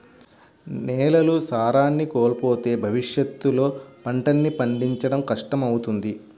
నేలలు సారాన్ని కోల్పోతే భవిష్యత్తులో పంటల్ని పండించడం కష్టమవుతుంది